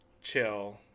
chill